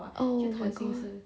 oh my god